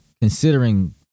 Considering